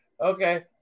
okay